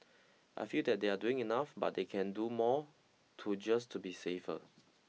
I feel that they are doing enough but they can do more to just to be safer